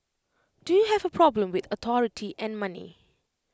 do you have A problem with authority and money